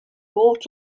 bought